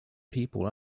people